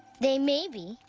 they may be,